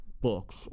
books